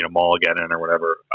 ah mall-geddon or whatever.